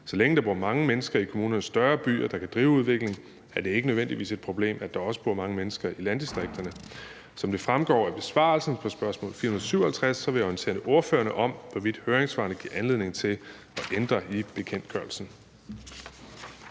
Så længe der bor mange mennesker i kommuner med større byer, der kan drive udviklingen, er det ikke nødvendigvis et problem, at der også bor mange mennesker i landdistrikterne. Som det fremgår af besvarelsen på spørgsmål 457, vil jeg orientere ordførerne om, hvorvidt høringssvarene giver anledning til at ændre i bekendtgørelsen.